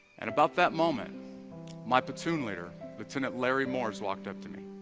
and? about that moment my platoon leader lieutenant larry, moore's walked up to me